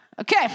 Okay